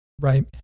right